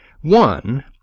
one